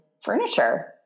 furniture